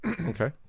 Okay